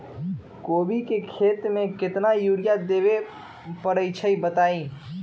कोबी के खेती मे केतना यूरिया देबे परईछी बताई?